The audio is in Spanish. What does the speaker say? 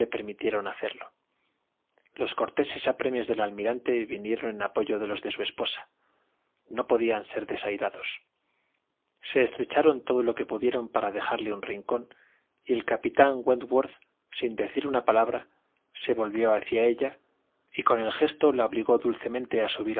permitieron hacerlo los corteses apremios del almirante vinieron en apoyo de jos de su esposa no podían ser desairados se estrecharon todo lo que pudieron para dejarle un rincón y el capitán wentworth sin decir una palabra se volvió hacia ella y con el gesto la obligó dulcemente a subir